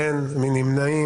מי נמנע?